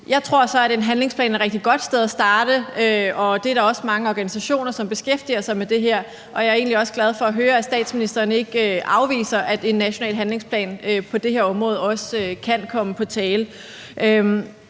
Jeg tror så, at en handlingsplan er et rigtig godt sted at starte, og der er også mange organisationer, som beskæftiger sig med det her, og jeg er egentlig også glad for at høre, at statsministeren ikke afviser, at en national handlingsplan på det her område også kan komme på tale.